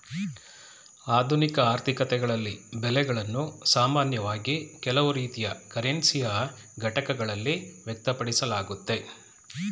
ಆಧುನಿಕ ಆರ್ಥಿಕತೆಗಳಲ್ಲಿ ಬೆಲೆಗಳನ್ನು ಸಾಮಾನ್ಯವಾಗಿ ಕೆಲವು ರೀತಿಯ ಕರೆನ್ಸಿಯ ಘಟಕಗಳಲ್ಲಿ ವ್ಯಕ್ತಪಡಿಸಲಾಗುತ್ತೆ